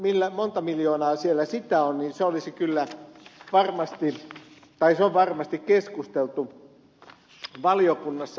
se montako miljoonaa siellä sitä on on varmasti keskusteltu valiokunnassa